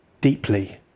deeply